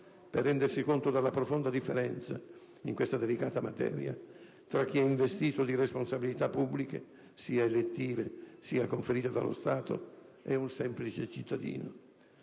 per rendersi conto della profonda differenza, in questa delicata materia, tra chi è investito di responsabilità pubbliche, sia elettive che conferite dallo Stato, e un semplice cittadino.